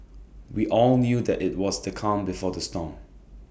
we all knew that IT was the calm before the storm